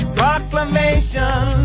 proclamation